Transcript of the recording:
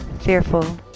fearful